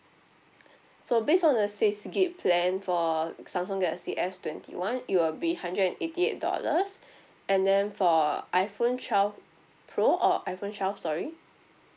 so based on the six gig plan for samsung galaxy S twenty one it will be hundred and eighty eight dollars and then for iphone twelve pro or iphone twelve sorry